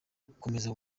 gukomeza